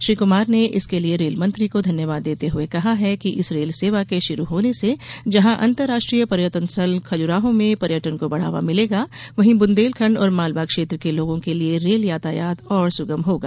श्री कुमार ने इसके लिए रेलमंत्री को धन्यवाद देते हुए कहा है कि इस रेल सेवा के शुरू होने से जहां अंतर्राष्ट्रीय पर्यटनस्थल खजुराहो मे पर्यटन को बढ़ावा मिलेगा वहीं बुन्देलखण्ड और मालवा क्षेत्र के लोगों के लिए रेल यातायात और सुगम होगा